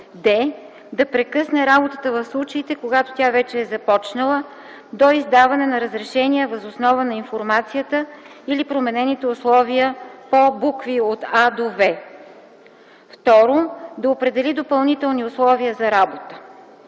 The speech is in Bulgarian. д) да прекъсне работата в случаите, когато тя вече е започнала, до издаване на разрешение въз основа на информацията или променените условия по букви „а” – „в”; 2. да определи допълнителни условия за работа.”